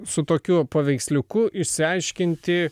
su tokiu paveiksliuku išsiaiškinti